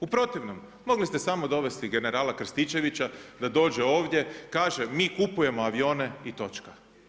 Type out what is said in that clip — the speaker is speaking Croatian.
U protivnom mogli ste samo dovesti generala Krstičevića da dođe ovdje i kaže mi kupujemo avione i točka.